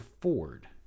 Ford